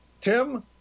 Tim